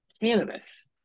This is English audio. cannabis